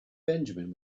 benjamin